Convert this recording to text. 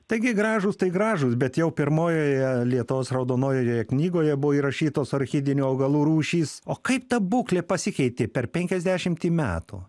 taigi gražūs tai gražūs bet jau pirmojoje lietuvos raudonojoje knygoje buvo įrašytos orchidėjų augalų rūšys o kaip ta būklė pasikeitė per penkiasdešimtį metų